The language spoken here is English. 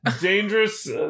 dangerous